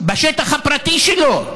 בשטח הפרטי שלו,